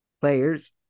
players